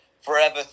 forever